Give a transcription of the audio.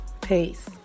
Peace